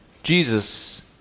Jesus